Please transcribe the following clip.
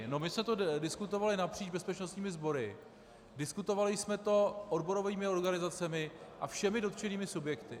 My jsme to diskutovali napříč bezpečnostními sbory, diskutovali jsme to s odborovými organizacemi a všemi dotčenými subjekty.